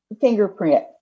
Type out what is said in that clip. fingerprint